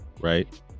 right